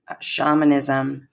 shamanism